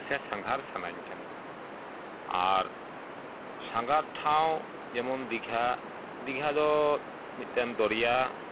ᱥᱮ ᱥᱟᱸᱜᱷᱟᱨ ᱥᱟᱱᱟᱧ ᱠᱟᱱᱟ ᱟᱨ ᱥᱟᱸᱜᱷᱟᱨ ᱴᱷᱟᱶ ᱡᱮᱢᱚᱱ ᱫᱤᱜᱷᱟ ᱫᱤᱜᱷᱟᱫᱚ ᱢᱤᱫᱴᱮᱱ ᱫᱚᱨᱭᱟ